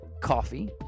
coffee